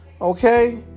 Okay